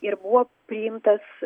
ir buvo priimtas